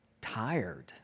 tired